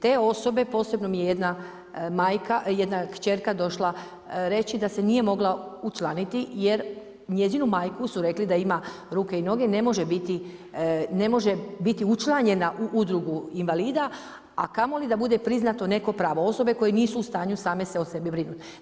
Te osobe, posebno mi je jedna kćerka došla reći da se nije mogla učlaniti jer njezinu majku su rekli da ima ruke i noge ne može biti učlanjenja u udruga invalida, a kamoli da bude priznato neko pravo, osobe koje nisu u stanju same se o sebi brinuti.